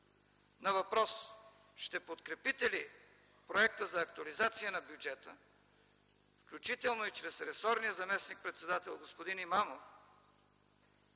на въпрос „Ще подкрепите ли проекта за актуализация на бюджета?”, включително и чрез ресорния заместник-председател господин Имамов